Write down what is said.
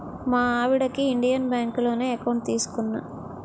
మా ఆవిడకి ఇండియన్ బాంకులోనే ఎకౌంట్ తీసుకున్నా